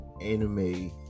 anime